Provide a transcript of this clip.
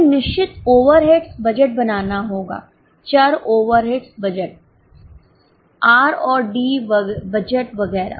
हमें निश्चित overheads budget बनाना होगा चर ओवरहेड्स बजट आर और डी बजट वगैरह